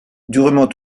durement